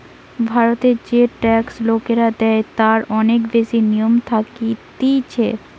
ভারতের যে ট্যাক্স লোকরা দেয় তার অনেক গুলা নিয়ম থাকতিছে